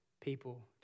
people